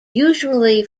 usually